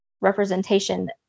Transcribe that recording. representation